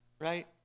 right